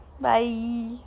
Bye